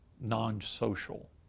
non-social